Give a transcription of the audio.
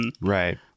Right